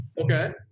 Okay